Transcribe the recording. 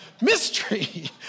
Mystery